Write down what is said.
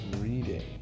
Reading